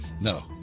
No